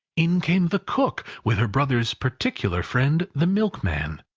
in came the cook, with her brother's particular friend, the milkman.